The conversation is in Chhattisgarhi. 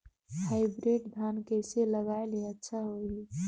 हाईब्रिड धान कइसे लगाय ले अच्छा होही?